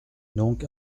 donc